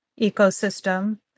ecosystem